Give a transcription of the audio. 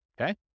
Okay